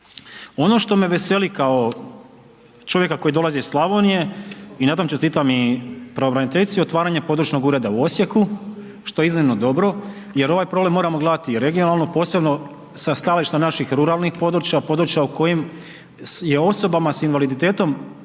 Ono što me veseli kao čovjeka koji dolazi iz Slavonije i na tom čestitam pravobraniteljici je otvaranje područnog ureda u Osijeku što je iznimno dobro jer ovaj problem moramo gledati regionalno, posebno sa stajališta naših ruralnih područja, područja o kojim je osobama sa invaliditetom